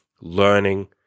learning